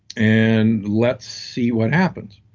and let's see what happens.